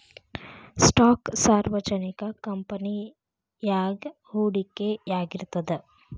stock ಸಾರ್ವಜನಿಕ ಕಂಪನಿಯಾಗ ಹೂಡಿಕೆಯಾಗಿರ್ತದ